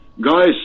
guys